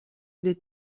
des